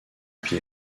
pied